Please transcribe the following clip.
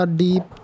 deep